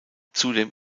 zudem